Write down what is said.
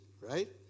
right